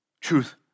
truth